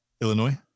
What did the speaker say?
Illinois